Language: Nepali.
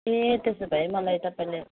ए त्यसो भए मलाई तपाईँले